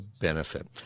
benefit